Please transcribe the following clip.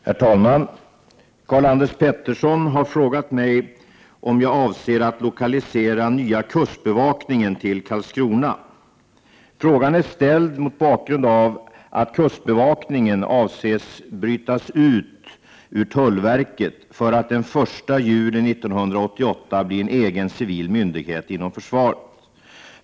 Herr talman! Karl-Anders Petersson har frågat mig om jag avser att lokalisera den nya kustbevakningen till Karlskrona. Frågan är ställd mot bakgrund av att kustbevakningen avses brytas ut ur tullverket för att den 1 juli 1988 bli en egen civil myndighet inom försvaret.